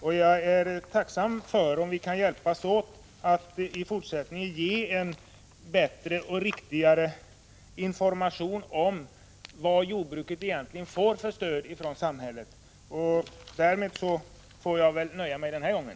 Jag skulle vara tacksam om vi i fortsättningen kan hjälpas åt att ge en bättre och riktigare information om vilket stöd jordbruket egentligen får från samhället. Herr talman! Därmed får jag väl nöja mig den här gången.